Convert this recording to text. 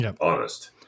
honest